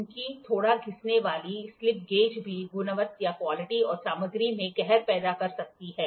चूंकि थोड़ा घिसने वाली स्लिप गेज भी गुणवत्ता और सामग्री में कहर पैदा कर सकती है